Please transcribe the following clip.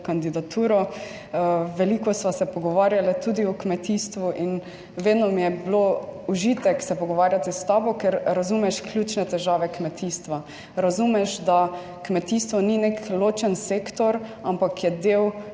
kandidaturo. Veliko sva se pogovarjala tudi o kmetijstvu in vedno mi je bilo užitek se pogovarjati s tabo, ker razumeš ključne težave kmetijstva, razumeš, da kmetijstvo ni nek ločen sektor, ampak je del